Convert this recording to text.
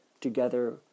together